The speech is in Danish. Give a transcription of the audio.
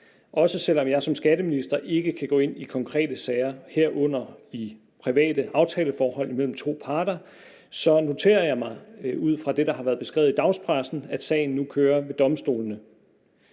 Selv om jeg som skatteminister ikke kan gå ind i konkrete sager, herunder i private aftaleforhold imellem to parter, noterer jeg mig ud fra det, der har været beskrevet i dagspressen, at sagen nu kører ved domstolene.